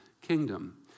kingdom